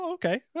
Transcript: Okay